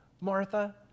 martha